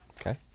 Okay